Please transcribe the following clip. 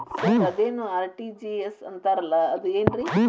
Sir ಅದೇನು RTGS ಅಂತಾರಲಾ ಅದು ಏನ್ರಿ?